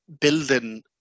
building